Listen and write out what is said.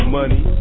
money